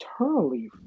eternally